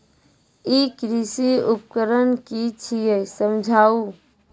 ई कृषि उपकरण कि छियै समझाऊ?